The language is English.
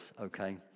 okay